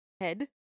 head